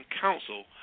Council